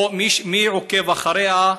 מי עוקב אחריה,